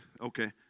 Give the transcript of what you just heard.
Okay